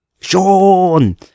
sean